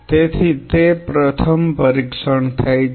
તેથી તે પ્રથમ પરીક્ષણ થાય છે